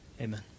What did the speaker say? amen